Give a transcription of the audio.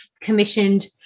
commissioned